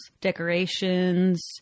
decorations